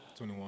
21